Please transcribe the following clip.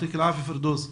שלום לכולכם.